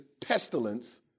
pestilence